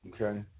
okay